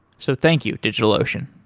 so thank you, digitalocean